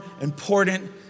important